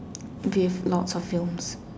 with lots of film